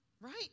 Right